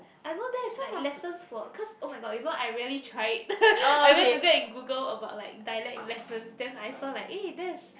I know there's like lessons for cause oh-my-god you know I really try it I went to go and Google about like dialect lessons then I saw like eh there's